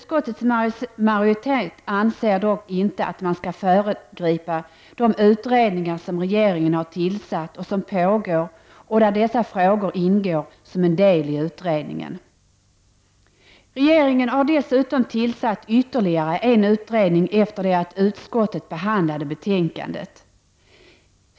Utskottets majoritet anser dock inte att man skall föregripa de pågående utredningar som regeringen har tillsatt och där dessa frågor ingår som en en del i utredningen. Regeringen har tillsatt ytterligare en utredning sedan utskottet behandlade betänkandet.